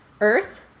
earth